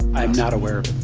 i am not aware